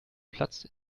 platz